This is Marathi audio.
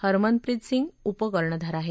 हरमनप्रीत सिंह उपकर्णधार आहे